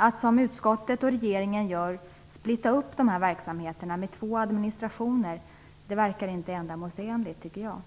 Att som utskottet och regeringen splittra upp dessa verksamheter med två administrationer verkar inte ändamålsenligt, tycker jag.